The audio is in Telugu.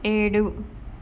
ఏడు